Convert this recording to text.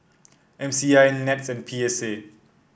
M C I NETS and P S A